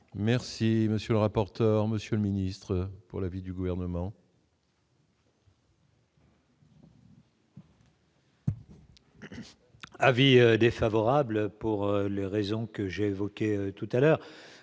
Merci, monsieur le rapporteur, monsieur le ministre pour l'avis du gouvernement. Avis défavorable pour les raisons que j'ai évoquée tout à l'heure,